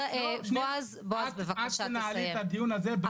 את תנהלי את הדיון הזה בצורה מכובדת.